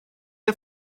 der